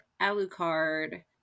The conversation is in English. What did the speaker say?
Alucard